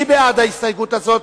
מי בעד ההסתייגות הזאת?